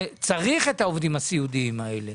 ומהם יתברר שצריך את העובדים הסיעודיים האלה,